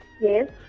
Yes